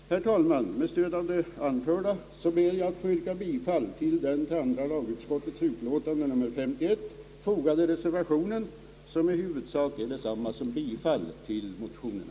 Herr talman! Med stöd av det anförda ber jag att få yrka bifall till den vid andra lagutskottets utlåtande nr 51 fogade reservationen, som i huvudsak är detsamma som bifall till motionerna.